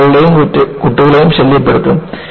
സ്ത്രീകളെയും കുട്ടികളെയും ശല്യപ്പെടുത്തും